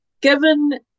given